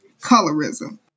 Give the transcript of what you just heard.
colorism